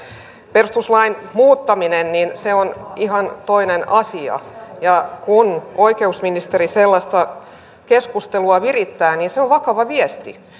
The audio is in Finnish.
perustuslain muuttaminen se on ihan toinen asia ja kun oikeusministeri sellaista keskustelua virittää niin se on vakava viesti